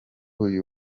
uyu